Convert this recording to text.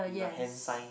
with a hand sign